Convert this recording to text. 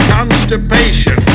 Constipation